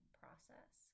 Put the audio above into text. process